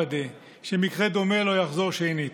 לוודא שמקרה דומה לא יחזור שנית.